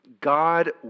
God